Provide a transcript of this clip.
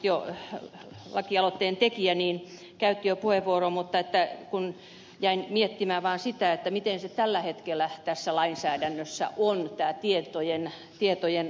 tallqvist lakialoitteen tekijä jo käytti puheenvuoron mutta jäin miettimään vaan sitä miten tällä hetkellä tässä lainsäädännössä on tämä tietojen antaminen